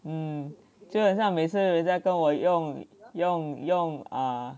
mm 就好像每次人家跟我用用用 err